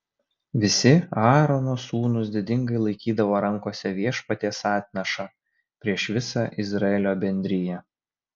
visi aarono sūnūs didingai laikydavo rankose viešpaties atnašą prieš visą izraelio bendriją